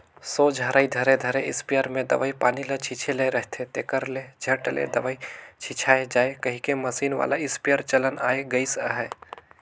सोझ हरई धरे धरे इस्पेयर मे दवई पानी ल छीचे ले रहथे, तेकर ले झट ले दवई छिचाए जाए कहिके मसीन वाला इस्पेयर चलन आए गइस अहे